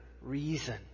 reason